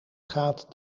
gaat